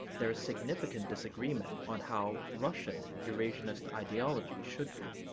there is significant disagreement on how russian eurasianist ideology should be.